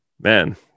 man